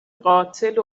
قاتل